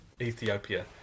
Ethiopia